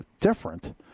Different